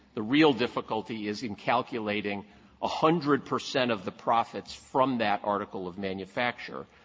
the real difficulty is in calculating a hundred percent of the profits from that article of manufacture.